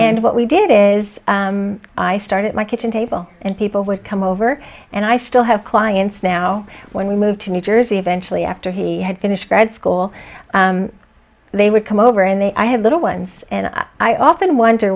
and what we did is i started my kitchen table and people would come over and i still have clients now when we moved to new jersey eventually after he had finished grad school they would come over and they i have little ones and i often wonder